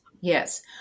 yes